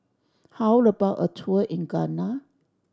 how about a tour in Ghana